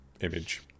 image